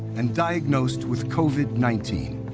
and diagnosed with covid nineteen.